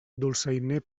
dolçainer